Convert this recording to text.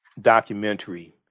documentary